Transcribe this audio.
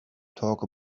talk